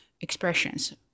expressions